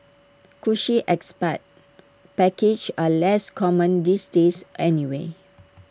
cushy expat packages are less common these days anyway